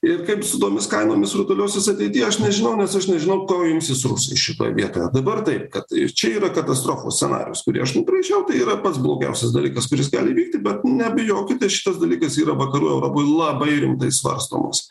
ir kaip su tomis kainomis rutuliosis ateity aš nežinau nes aš nežinau ko imsis šitoj vietoje dabar taip kad čia yra katastrofos scenarijus kurį aš nubraižiau tai yra pats blogiausias dalykas kuris gali įvykti bet nebijokite šitas dalykas yra vakarų europoj labai rimtai svarstomas